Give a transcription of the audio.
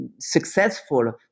successful